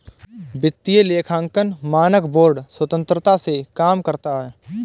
वित्तीय लेखांकन मानक बोर्ड स्वतंत्रता से काम करता है